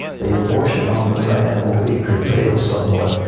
the abortion on demand will be curtailed somewhat.